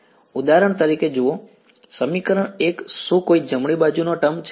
ઉદાહરણ તરીકે જુઓ સમીકરણ 1 શું કોઈ જમણી બાજુનો ટર્મ છે